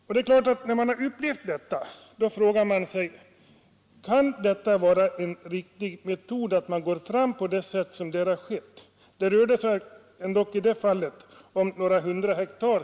Efter att ha upplevt detta frågar man sig, om det kan vara en riktig metod att gå fram på sätt som skett. I det här fallet rörde det sig dock om några hundra hektar.